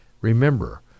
Remember